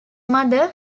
mother